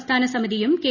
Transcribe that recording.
സംസ്ഥാന സമിതിയും കെ